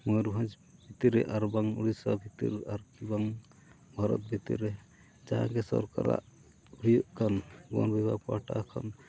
ᱢᱚᱭᱩᱨᱵᱷᱡᱽ ᱵᱷᱤᱛᱤᱨ ᱨᱮ ᱟᱨ ᱵᱟᱝ ᱩᱲᱤᱥᱥᱟ ᱵᱷᱤᱛᱤᱨ ᱟᱨᱠᱤ ᱵᱟᱝ ᱵᱷᱟᱨᱚᱛ ᱵᱷᱤᱛᱤᱨ ᱨᱮ ᱡᱟᱦᱟᱸ ᱜᱮ ᱥᱚᱨᱠᱟᱨᱟᱜ ᱦᱩᱭᱩᱜ ᱠᱟᱱ ᱵᱚᱱ ᱵᱤᱵᱷᱟᱜ ᱯᱟᱦᱴᱟ ᱠᱷᱚᱱ